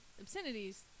obscenities